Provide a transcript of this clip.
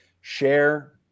Share